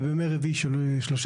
ובימי רביעי שלוש